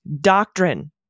doctrine